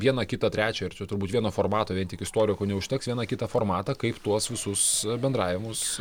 vieną kitą trečią ir čia turbūt vieno formato vien tik istorikų neužteks vieną kitą formatą kaip tuos visus bendravimus